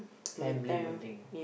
family meeting